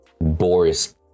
Boris